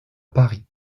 paris